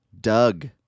Doug